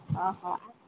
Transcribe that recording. ଅ ହ